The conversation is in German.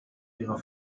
ihrer